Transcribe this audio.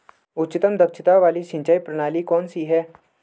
उच्चतम दक्षता वाली सिंचाई प्रणाली कौन सी है?